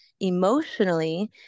emotionally